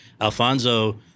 Alfonso